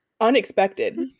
Unexpected